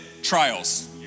Trials